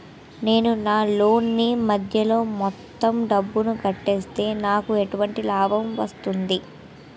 నేను నా లోన్ నీ మధ్యలో మొత్తం డబ్బును కట్టేస్తే నాకు ఎటువంటి లాభం వస్తుంది?